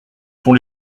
sont